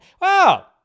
Wow